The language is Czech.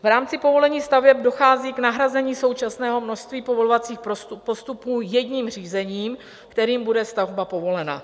V rámci povolení staveb dochází k nahrazení současného množství povolovacích postupů jedním řízením, kterým bude stavba povolena.